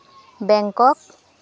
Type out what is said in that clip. Bangkok